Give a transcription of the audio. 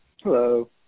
Hello